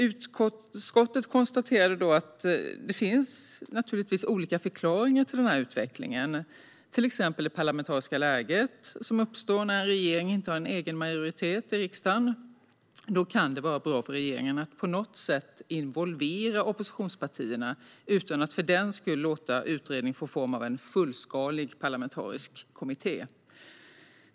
Utskottet konstaterade att det finns olika förklaringar till den här utvecklingen, till exempel det parlamentariska läge som uppstår när en regering inte har egen majoritet i riksdagen. Då kan det vara bra för regeringen att på något sätt involvera oppositionspartierna utan att för den skull låta utredningen få formen av en fullskalig parlamentarisk kommitté.